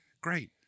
great